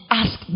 ask